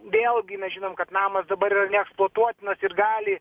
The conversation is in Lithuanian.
vėl gi mes žinom kad namas dabar yra neeksploatuotinas ir gali